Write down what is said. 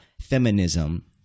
feminism